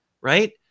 Right